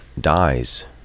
dies